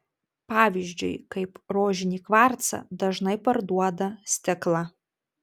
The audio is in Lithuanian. pavyzdžiui kaip rožinį kvarcą dažnai parduoda stiklą